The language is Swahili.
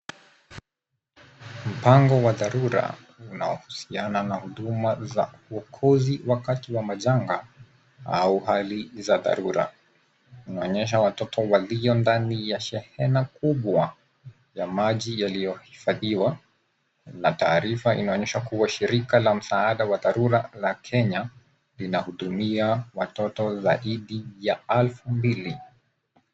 Mpango wa dharura unaohusiana na huduma za wokozi wakati wa majanga au hali za dharura. Unaonyesha watoto walio ndani ya shehena kubwa ya maji yaliyohifadhiwa na taarifa inaonyesha kuwa shirika la msaada wa dharura la Kenya linahudumia watoto zaidi ya elfu mbili.